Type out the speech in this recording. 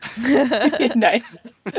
Nice